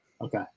Okay